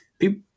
people